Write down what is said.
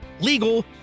legal